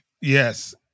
Yes